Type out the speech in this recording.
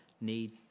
need